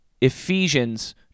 Ephesians